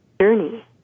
journey